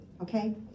okay